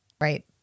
right